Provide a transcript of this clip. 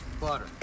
butter